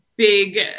big